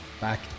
Back